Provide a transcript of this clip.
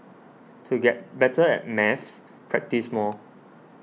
to get better at maths practise more